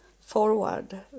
forward